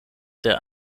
der